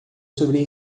sobre